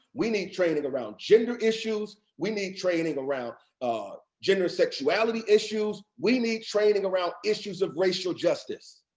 we need training around gender issues, we need training around gender sexuality issues, we need training around issues of racial justice.